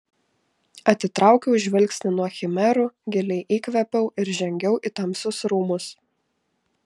atitraukiau žvilgsnį nuo chimerų giliai įkvėpiau ir žengiau į tamsius rūmus